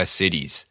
cities